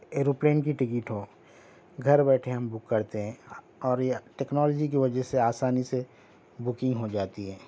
arrow plane کی ticket ہو گھر بیٹھے ہم بک کرتے ہیں اور یہ ٹیکنالوجی کی وجہ سے آسانی سے بکنگ ہو جاتی ہے